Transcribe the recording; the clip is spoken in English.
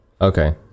Okay